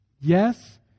Yes